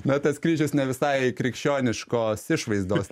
na tas kryžius ne visai krikščioniškos išvaizdos